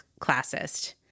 classist